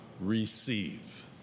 receive